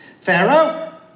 Pharaoh